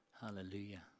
hallelujah